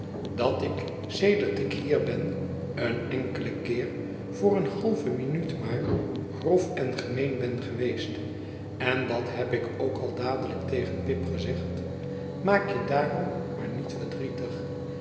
dat ik sedert ik hier ben een enkelen keer voor eene halve minuut maar grof en gemeen ben geweest en dat heb ik ook al dadelijk tegen pip gezegd maak je daarom maar niet verdrietig